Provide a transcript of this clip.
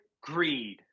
greed